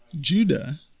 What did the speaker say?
Judah